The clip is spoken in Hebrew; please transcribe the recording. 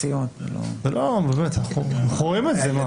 אנחנו רואים את זה.